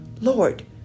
Lord